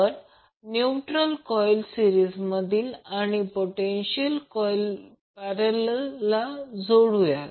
आपण current coil सिरीजमध्ये आणि पोटेन्शियल कॉर्ईल पॅरलल जोडुया